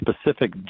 specific